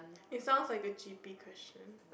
it sounds like a cheapy question